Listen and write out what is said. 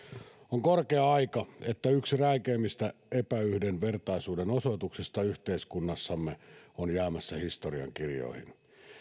on korkea aika että yksi räikeimmistä epäyhdenvertaisuuden osoituksista yhteiskunnassamme on jäämässä historiankirjoihin